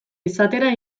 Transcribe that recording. izatera